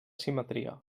simetria